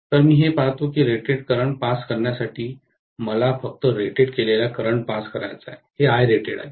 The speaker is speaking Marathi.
तर मी हे पाहतो की रेटेड करंट पास करण्यासाठी आता मला फक्त रेटेड केलेला करंट पास करायचा आहे हे Irated आहे